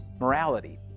morality